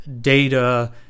data